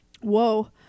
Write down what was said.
Whoa